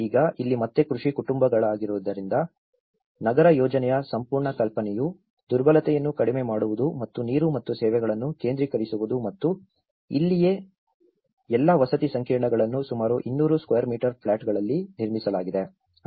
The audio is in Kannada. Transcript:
ಈಗ ಇಲ್ಲಿ ಮತ್ತೆ ಕೃಷಿ ಕುಟುಂಬವಾಗಿರುವುದರಿಂದ ನಗರ ಯೋಜನೆಯ ಸಂಪೂರ್ಣ ಕಲ್ಪನೆಯು ದುರ್ಬಲತೆಯನ್ನು ಕಡಿಮೆ ಮಾಡುವುದು ಮತ್ತು ನೀರು ಮತ್ತು ಸೇವೆಗಳನ್ನು ಕೇಂದ್ರೀಕರಿಸುವುದು ಮತ್ತು ಇಲ್ಲಿಯೇ ಎಲ್ಲಾ ವಸತಿ ಸಂಕೀರ್ಣಗಳನ್ನು ಸುಮಾರು 200 ಸ್ಕ್ವೇರ್ ಮೀಟರ್ ಪ್ಲಾಟ್ಗಳಲ್ಲಿ ನಿರ್ಮಿಸಲಾಗಿದೆ